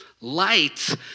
Light